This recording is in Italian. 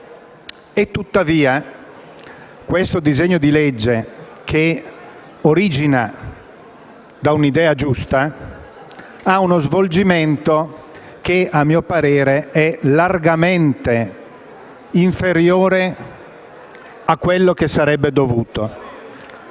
Tuttavia, questo disegno di legge, che origina da un'idea giusta, ha uno svolgimento che, a mio parere, è largamente inferiore a quello che sarebbe dovuto.